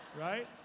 right